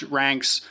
ranks